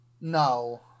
No